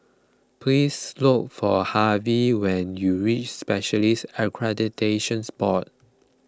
please look for Harvy when you reach Specialists Accreditations Board